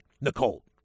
Nicole